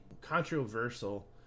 controversial